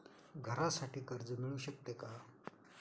घरासाठी कर्ज मिळू शकते का?